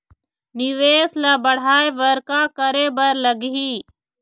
निवेश ला बढ़ाय बर का करे बर लगही?